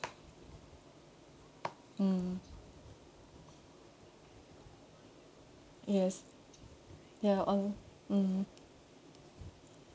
mm yes ya on mm